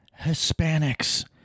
Hispanics